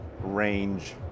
range